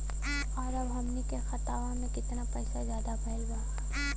और अब हमनी के खतावा में कितना पैसा ज्यादा भईल बा?